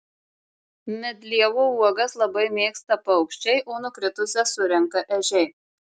medlievų uogas labai mėgsta paukščiai o nukritusias surenka ežiai